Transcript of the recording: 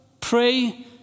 pray